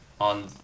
on